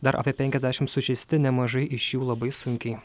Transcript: dar apie penkiasdešim sužeisti nemažai iš jų labai sunkiai